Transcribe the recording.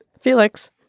Felix